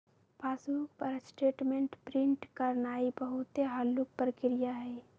passbook पर statement print करानाइ बहुते हल्लुक प्रक्रिया हइ